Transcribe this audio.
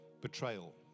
betrayal